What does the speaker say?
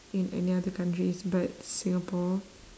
in any other countries but singapore